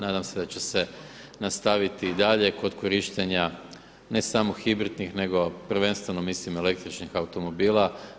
Nadam se da će se nastaviti i dalje kod korištenja ne samo hibridnih, nego prvenstveno mislim električnih automobila.